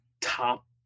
top